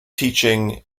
teaching